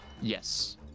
Yes